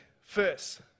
first